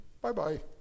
bye-bye